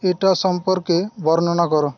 এটা সম্পর্কে বর্ণনা করো